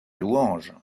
louange